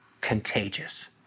contagious